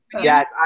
yes